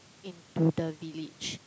into the village